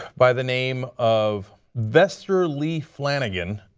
by the name of vester lee flanagan,